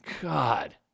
god